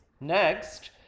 Next